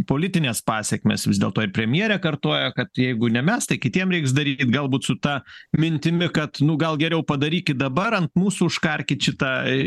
politines pasekmes vis dėlto ir premjerė kartoja kad jeigu ne mes tai kitiem reiks daryti galbūt su ta mintimi kad nu gal geriau padarykit dabar ant mūsų užkarkit šitą